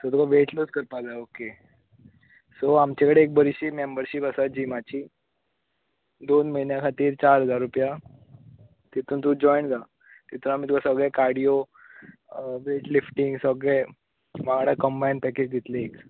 so तूका weight lose करपाक जाय सो आमचे कडे एक बरीशी मेंबरशीप आसा जिमाची दोन म्हयन्या खातीर चार हजार रुपया तेतून तूं जॉयन जा तेतून तुका सगळे कार्डीओ व्हेट लिफ्टींग सगळे वांगडा कंबायन पॅकेज दितली एक